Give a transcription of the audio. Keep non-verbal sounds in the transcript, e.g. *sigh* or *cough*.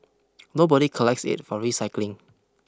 *noise* nobody collects it for recycling